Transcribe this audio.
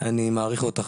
אני מעריך אותך,